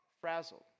Frazzled